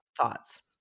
thoughts